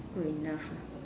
good enough ah